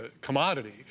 commodity